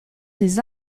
des